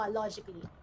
logically